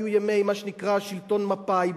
היו ימי מה שנקרא שלטון מפא"י,